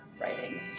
writing